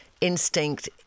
instinct